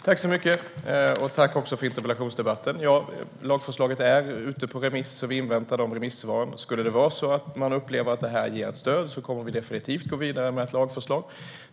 Fru talman! Tack för interpellationsdebatten! Lagförslaget är som sagt ute på remiss, och vi inväntar remissvaren. Om dessa upplevs som ett stöd kommer vi definitivt att gå vidare med ett lagförslag.